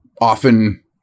often